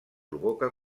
provoca